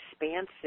expansive